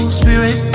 spirit